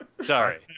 Sorry